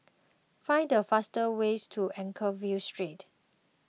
find the fastest ways to Anchorvale Street